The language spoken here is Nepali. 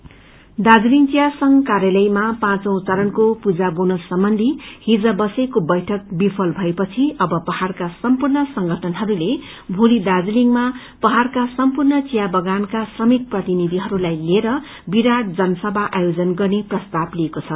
टि बोनस दार्जीलिङ घिया संघ कार्यालयामा पाँचौ चरणको पूजा बोनस समन्धि हिज बसेको बैठक विफल भए पछि अब पहाड़का सम्पूर्ण संगठनहरूले भोली दार्जीलिङमा पहाड़का सम्पूर्ण चिया बगानका श्रमिक प्रतिनिधिहरूलाई लिएर विराट जनसभा आयोजन गर्ने प्रस्ताव लिएको छ